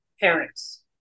parents